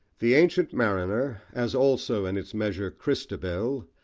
the ancient mariner, as also, in its measure, christabel,